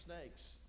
snakes